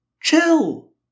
Chill